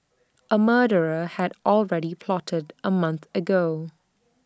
A murder had already plotted A month ago